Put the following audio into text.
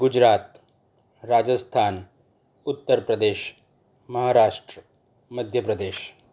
Gujarat Rajasthan Uttar Pradesh Maharashtra Madhya Pradesh